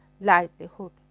livelihood